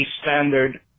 standard